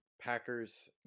Packers